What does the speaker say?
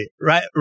Right